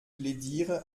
plädiere